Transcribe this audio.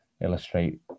illustrate